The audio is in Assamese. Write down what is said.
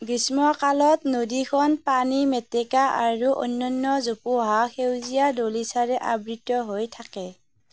গ্ৰীষ্মকালত নদীখন পানী মেটেকা আৰু অন্যান্য জোপোহা সেউজীয়া দলিচাৰে আবৃত্ত হৈ থাকে